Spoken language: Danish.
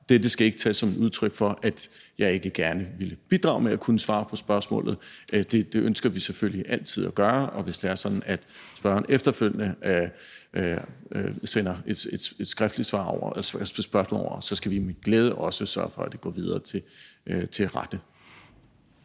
dette ikke skal tages som udtryk for, at jeg ikke gerne ville bidrage til at svare på spørgsmålet, for det ønsker vi selvfølgelig altid at gøre. Og hvis det er sådan, at spørgeren efterfølgende sender et skriftligt spørgsmål over, skal vi med glæde også sørge for, at det går videre til rette